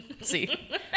see